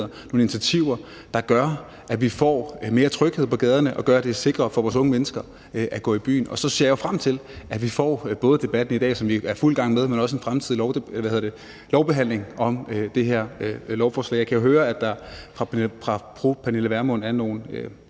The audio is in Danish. nogle instrumenter, der gør, at vi får mere tryghed på gaderne, og som gør det mere sikkert for vores unge mennesker at gå i byen. Så ser jeg frem til, at vi både får debatten i dag, som vi er i fuld gang med, men også en lovbehandling af det her lovforslag. Jeg kan jo høre på fru Pernille Vermund, at der